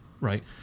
right